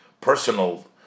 personal